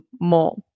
more